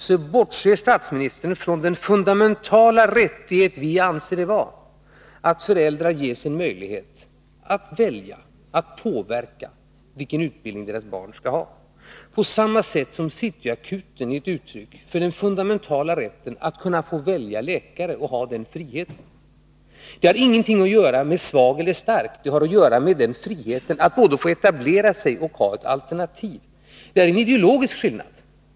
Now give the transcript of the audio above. Då bortser statsministern från den fundamentala rättighet vi anser det vara att föräldrar har möjlighet att välja och påverka vilken utbildning deras barn skall ha. På samma sätt är City Akuten ett uttryck för den fundamentala rätten att fritt kunna välja läkare. Det har ingenting att göra med svag eller stark, utan det handlar om friheten att både få etablera sig och ha ett alternativ. Här finns det en ideologisk skillnad.